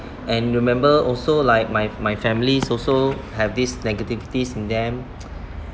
and remember also like my my families also have this negativities in them